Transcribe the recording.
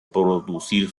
producir